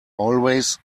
always